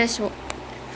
err